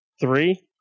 Three